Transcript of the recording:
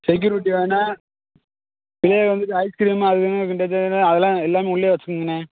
security வேணும் பிள்ளையளு வந்துட்டு ஐஸ்கிரீமு அதுன்னு அதெல்லாம் எல்லாமே உள்ளையே வெச்சுக்கங்கண்ணே